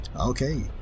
Okay